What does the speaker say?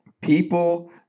people